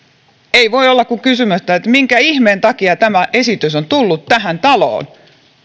ei voi olla kysymättä että minkä ihmeen takia tämä esitys on tullut tähän taloon